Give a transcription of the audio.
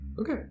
Okay